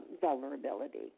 vulnerability